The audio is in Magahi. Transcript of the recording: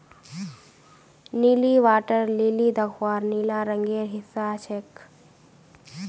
नीली वाटर लिली दख्वार नीला रंगेर हिस्सा ह छेक